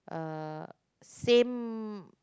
uh same